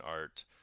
art